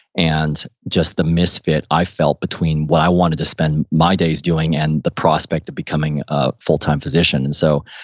and just the misfit i felt between what i wanted to spend my days doing and the prospect of becoming a full time physician. and so,